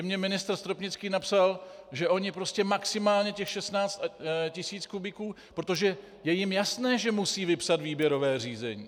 Mně ministr Stropnický napsal, že oni prostě maximálně těch 16 tisíc kubíků, protože jim je jasné, že musí vypsat výběrové řízení.